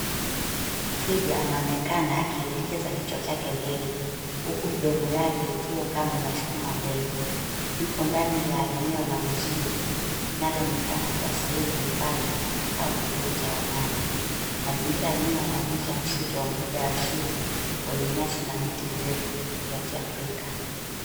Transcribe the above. Twiga anaonekana akielekeza kichwa chake mbele huku mdomo yake ikiwa kama inasukumwa mbele. Yupo ndani la eneo la uzio linaloonekana kuwa sehemu ya hifadhi au kituo cha wanyama. Mazingira ya nyuma yanaoyesha msitu wa mbuga ya asili wenye nyasi na miti mirefu ya kiafrika.